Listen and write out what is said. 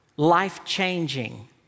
life-changing